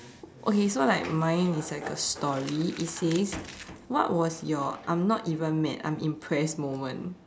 okay so like mine it's like a story it says what was your I'm not even mad I'm impressed moment